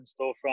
storefront